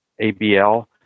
ABL